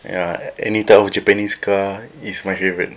ya any type of japanese car is my favourite